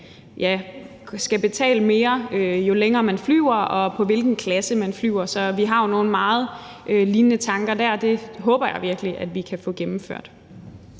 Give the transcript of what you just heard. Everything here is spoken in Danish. skal betale mere, jo længere man flyver, og efter hvilken klasse man flyver på. Så vi har nogle lignende tanker der, og det håber jeg virkelig vi kan få gennemført.